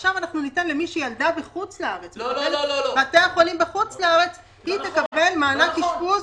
עכשיו ניתן למי שילדה בבית חולים בחוץ לארץ מענק אשפוז.